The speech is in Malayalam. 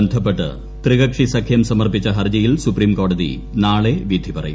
ബന്ധപ്പെട്ട് ത്രികക്ഷി സഖ്യം സമർപ്പിച്ച ഹർജിയിൽ സുപ്രീംകോടതി നാളെ വിധി പറയും